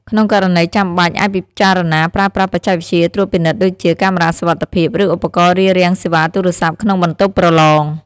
ក្នុងករណីចាំបាច់ អាចពិចារណាប្រើប្រាស់បច្ចេកវិទ្យាត្រួតពិនិត្យដូចជា កាមេរ៉ាសុវត្ថិភាព ឬឧបករណ៍រារាំងសេវាទូរស័ព្ទក្នុងបន្ទប់ប្រឡង។